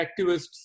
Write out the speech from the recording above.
activists